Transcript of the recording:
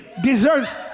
deserves